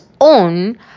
own